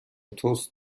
تست